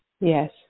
yes